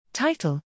Title